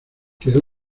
quedó